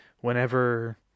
whenever